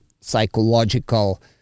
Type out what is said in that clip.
psychological